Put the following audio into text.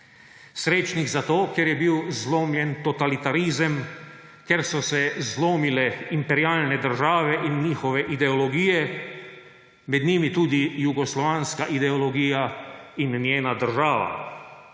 Srečnih zato, ker je bil zlomljen totalitarizem, ker so se zlomile imperialne države in njihove ideologije, med njimi tudi jugoslovanska ideologija in njena država,